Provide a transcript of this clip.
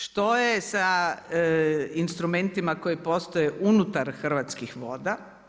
Što je sa instrumentima koji postoje unutar Hrvatskih voda?